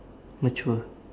mature